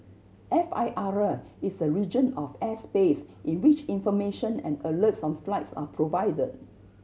F I R is a region of airspace in which information and alerts on flights are provided